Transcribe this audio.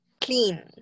clean